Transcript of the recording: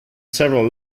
several